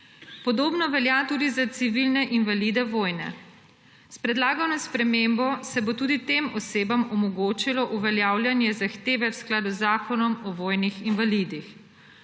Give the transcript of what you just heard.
Podobno velja tudi za civilne invalide vojne. S predlagano spremembo se bo tudi tem osebam omogočilo uveljavljanje zahteve v skladu z Zakonom o vojnih invalidih.